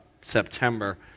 September